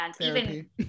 even-